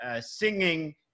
singing